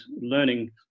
Learning